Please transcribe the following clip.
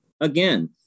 again